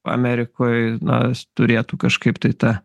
amerikoj na turėtų kažkaip tai ta